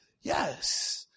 yes